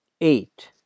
eight